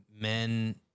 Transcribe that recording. Men